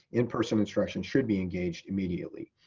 in-person instruction should be engaged immediately.